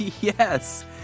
Yes